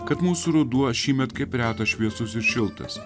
kad mūsų ruduo šįmet kaip reta šviesus ir šiltas